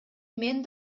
мен